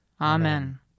Amen